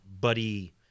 buddy